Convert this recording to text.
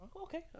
okay